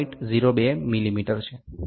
02 મીમી છે